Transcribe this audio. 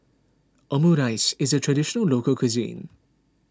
Omurice is a Traditional Local Cuisine